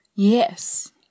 Yes